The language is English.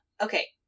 Okay